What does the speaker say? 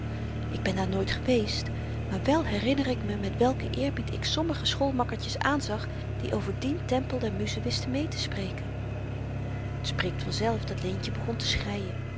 ik ben daar nooit geweest maar wel herinner ik me met welken eerbied ik sommige schoolmakkertjes aanzag die over dien tempel der muzen wisten meetespreken t spreekt vanzelf dat leentje begon te schreien